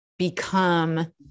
become